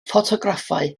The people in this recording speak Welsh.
ffotograffau